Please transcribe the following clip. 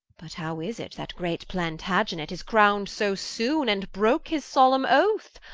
but how is it, that great plantagenet is crown'd so soone, and broke his solemne oath?